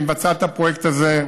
שהיא מבצעת את הפרויקט הזה,